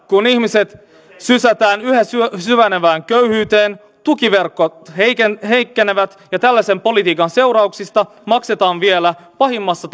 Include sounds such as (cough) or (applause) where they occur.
kun ihmiset sysätään yhä syvenevään köyhyyteen tukiverkot heikkenevät heikkenevät ja tällaisen politiikan seurauksista maksetaan pahimmassa (unintelligible)